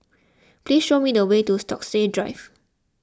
please show me the way to Stokesay Drive